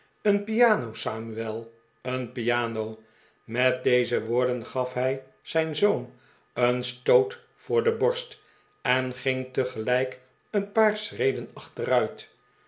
een piano samuel een piano met deze woorden gaf hij zijn zoon een stoot voor de borst en ging tegelijk een paar schreden achteruit